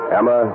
Emma